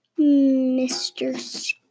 Mr